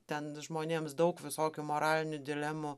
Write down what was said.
ten žmonėms daug visokių moralinių dilemų